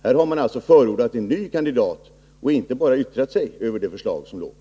Här har man alltså förordat en ny kandidat och inte bara yttrat sig över det förslag som förelåg.